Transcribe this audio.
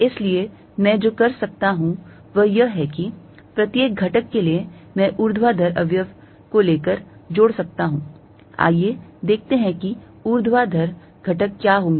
इसलिए मैं जो कर सकता हूं वह यह है कि प्रत्येक घटक के लिए मैं ऊर्ध्वाधर अवयव को लेकर जोड़ सकता हूं आइए देखते हैं कि ऊर्ध्वाधर घटक क्या होगा